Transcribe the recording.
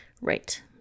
right